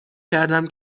کردم